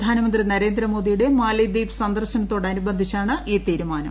പ്രധാനമന്ത്രി നരേന്ദ്രമോദിയുടെ മാലദ്വീപ് സന്ദർശനത്തോടനുബന്ധിച്ചാണ് ഈ തീരുമാനം